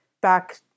back